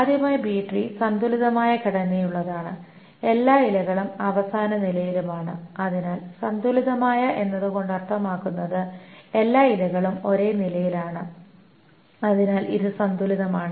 ആദ്യമായി B tree സന്തുലിതമായ ഘടനയുള്ളതാണ് എല്ലാ ഇലകളും അവസാന നിലയിലും അവസാന നിലയിലുമാണ് അതിനാൽ സന്തുലിതമായ എന്നതുകൊണ്ട് അർത്ഥമാക്കുന്നത് എല്ലാ ഇലകളും ഒരേ നിലയിലാണ് അതിനാൽ ഇത് സന്തുലിതമാണ്